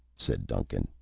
said duncan.